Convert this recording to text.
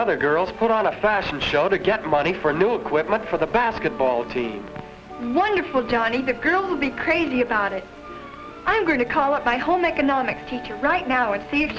other girls put on a fashion show to get money for new equipment for the basketball team wonderful journey the girls would be crazy about it i'm going to call it my home economics teacher right now i